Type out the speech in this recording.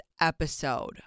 episode